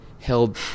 held